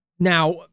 Now